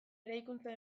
eraikuntza